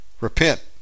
repent